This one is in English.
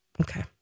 Okay